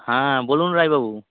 হ্যাঁ বলুন রায়বাবু